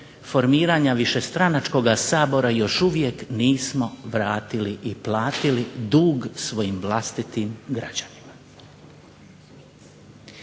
formiranja višestranačkoga SAbora još uvijek nismo vratili i platili dug svojim vlastitim građanima.